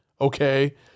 okay